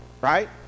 Right